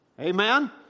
Amen